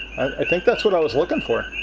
i think that's what i was looking for.